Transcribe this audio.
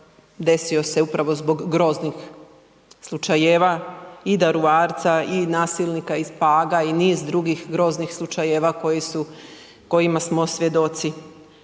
desio se upravo zbog groznih slučajeva i DAruvarca i nasilnika iz Paga i niz drugih groznih slučajeva kojima smo svjedoci.